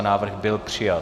Návrh byl přijat.